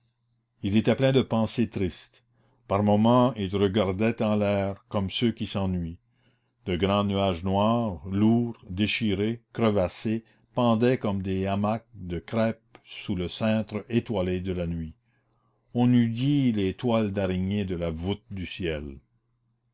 il était plein de pensées tristes par moments il regardait en l'air comme ceux qui s'ennuient de grands nuages noirs lourds déchirés crevassés pendaient comme des hamacs de crêpe sous le cintre étoilé de la nuit on eût dit les toiles d'araignée de la voûte du ciel